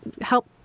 help